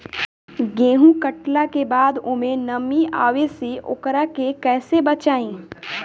गेंहू कटला के बाद ओमे नमी आवे से ओकरा के कैसे बचाई?